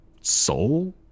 soul